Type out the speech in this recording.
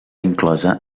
inclosa